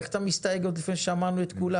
איך אתה מסתייג עוד לפני ששמענו את כולם?